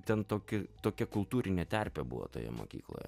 ten tokie tokia kultūrinė terpė buvo toje mokykloje